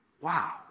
wow